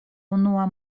unua